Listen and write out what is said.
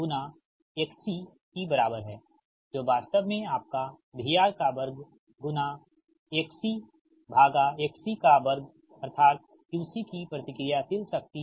2 ∗XC की बराबर है जो वास्तव में आपका VRXC2 ∗ XC अर्थात QC कि प्रतिक्रियाशील शक्ति